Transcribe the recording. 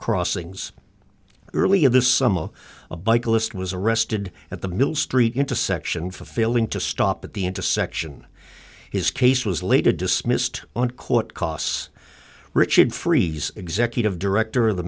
crossings earlier this summer a bike list was arrested at the mill street into section for failing to stop at the intersection his case was later dismissed on court costs richard freeze executive director of the